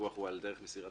הוויכוח הוא על דרך מסירתה.